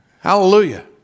Hallelujah